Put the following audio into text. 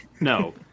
no